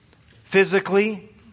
physically